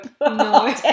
No